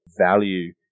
value